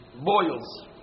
Boils